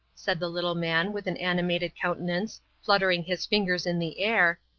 said the little man, with an animated countenance, fluttering his fingers in the air,